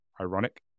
ironic